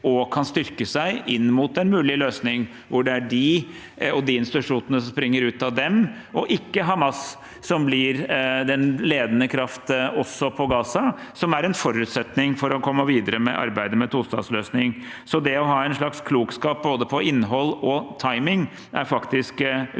og kan styrke seg inn mot en mulig løsning hvor det er de og de institusjonene som springer ut av dem, ikke Hamas, som blir den ledende kraft også på Gaza. Det er en forutsetning for å komme videre med arbeidet med en tostatsløsning. Det å ha en slags klokskap på både innhold og timing er faktisk viktigere